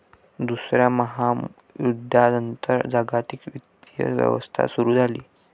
दुसऱ्या महायुद्धानंतर जागतिक वित्तीय व्यवस्था सुरू झाली